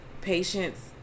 patience